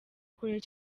kure